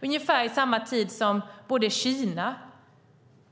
Ungefär i samma tid som Kina,